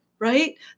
Right